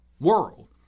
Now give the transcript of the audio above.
world